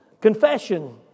confession